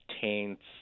taints